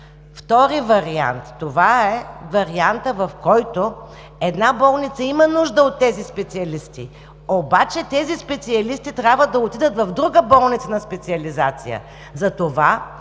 Втори вариант е вариантът, в който една болница има нужда от тези специалисти, обаче те трябва да отидат в друга болница на специализация. Затова